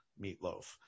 meatloaf